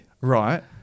Right